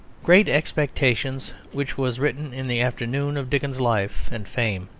great expectations, which was written in the afternoon of dickens's life and fame,